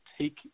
take